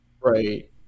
right